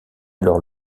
alors